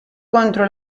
contro